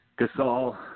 Gasol